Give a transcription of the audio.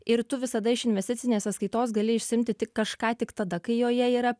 ir tu visada iš investicinės sąskaitos gali išsiimti tik kažką tik tada kai joje yra